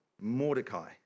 Mordecai